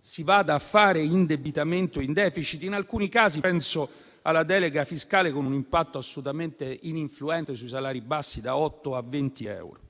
facendo indebitamento in *deficit*, in alcuni casi - penso alla delega fiscale - con un impatto assolutamente ininfluente sui salari bassi, da 8 a 20 euro.